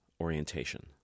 Orientation